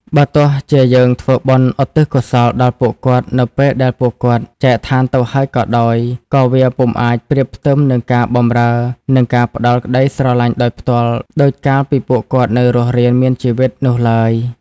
បើទោះជាយើងធ្វើបុណ្យឧទ្ទិសកុសលដល់ពួកគាត់នៅពេលដែលពួកគាត់ចែកឋានទៅហើយក៏ដោយ ក៏វាពុំអាចប្រៀបផ្ទឹមនឹងការបម្រើ និងការផ្តល់ក្តីស្រឡាញ់ដោយផ្ទាល់ ដូចកាលពីពួកគាត់នៅរស់រានមានជីវិតនោះឡើយ។